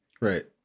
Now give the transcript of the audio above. Right